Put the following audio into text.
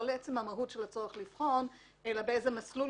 לא לעצם המהות של הצורך לבחון אלא באיזה מסלול